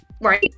right